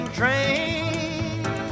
train